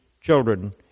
children